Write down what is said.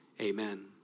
amen